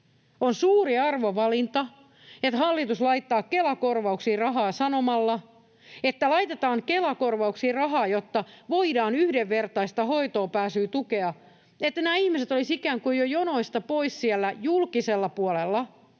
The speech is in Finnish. On suuri arvovalinta, että hallitus laittaa Kela-korvauksiin rahaa sanomalla, että laitetaan Kela-korvauksiin rahaa, jotta voidaan yhdenvertaista hoitoonpääsyä tukea, ikään kuin nämä ihmiset olisivat jo jonoista pois siellä julkisella puolella